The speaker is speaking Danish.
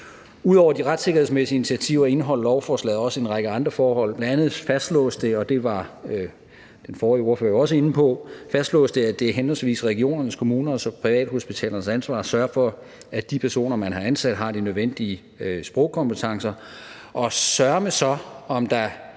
Ud over de retssikkerhedsmæssige initiativer indeholder lovforslaget også en række andre forhold. Bl.a. fastslås det – og det var den forrige ordfører også inde på – at det er regionerne, kommunerne og privathospitalernes ansvar at sørge for, at de personer, man har ansat, har de nødvendige sprogkompetencer. Og søreme så, om der